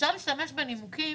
אפשר להשתמש בנימוקים